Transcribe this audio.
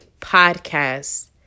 podcast